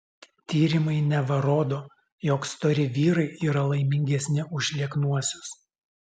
tyrimai neva rodo jog stori vyrai yra laimingesni už lieknuosius